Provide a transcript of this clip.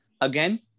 Again